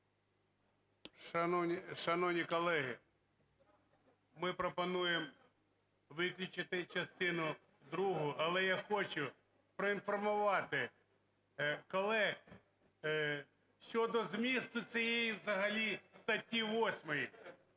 Шановні колеги, ми пропонуємо виключити частину другу. Але я хочу проінформувати колег щодо змісту цієї взагалі статті 8.